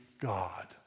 God